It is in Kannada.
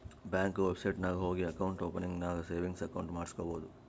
ಬ್ಯಾಂಕ್ದು ವೆಬ್ಸೈಟ್ ನಾಗ್ ಹೋಗಿ ಅಕೌಂಟ್ ಓಪನಿಂಗ್ ನಾಗ್ ಸೇವಿಂಗ್ಸ್ ಅಕೌಂಟ್ ಮಾಡುಸ್ಕೊಬೋದು